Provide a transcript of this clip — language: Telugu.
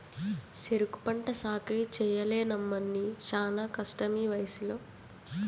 సెరుకు పంట సాకిరీ చెయ్యలేనమ్మన్నీ శానా కష్టమీవయసులో